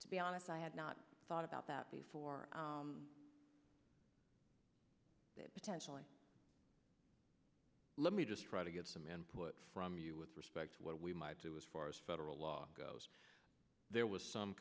to be honest i had not thought about that before that potentially let me just try to get some input from you with respect to what we might do as far as federal law goes there was some